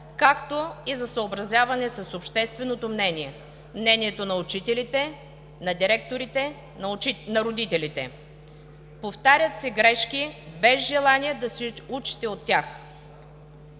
както и за съобразяване с общественото мнение, мнението на учителите, на директорите, на родителите. Повтарят се грешки без желание да се учите от тях.